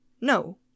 No